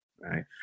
right